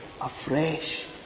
afresh